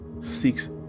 seeks